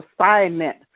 assignment